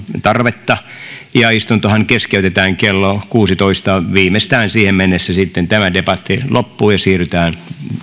tarvetta istuntohan keskeytetään kello kuusitoista viimeistään siihen mennessä sitten tämä debatti loppuu ja siirrytään